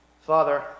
Father